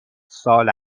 سال